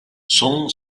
son